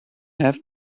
have